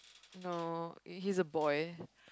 no he's a boy